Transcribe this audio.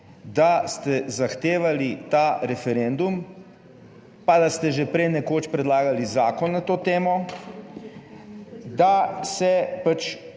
da ste zahtevali ta referendum, pa da ste že prej nekoč predlagali zakon na to temo, da se pač